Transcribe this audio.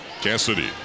Cassidy